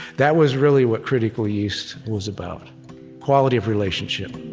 that was really what critical yeast was about quality of relationship